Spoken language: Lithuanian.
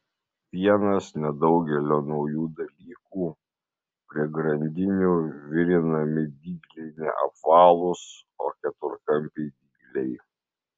vienas nedaugelio naujų dalykų prie grandinių virinami dygliai ne apvalūs o keturkampiai dygliai